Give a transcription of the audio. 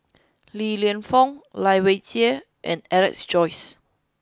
li Lienfung Lai Weijie and Alex Josey